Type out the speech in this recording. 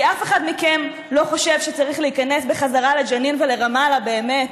כי אף אחד מכם לא חושב שצריך להיכנס בחזרה לג'נין ולרמאללה באמת,